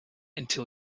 until